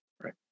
Right